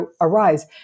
arise